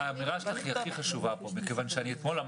האמירה שלך פה היא הכי חשובה.